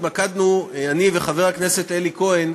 אני וחבר הכנסת אלי כהן,